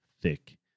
thick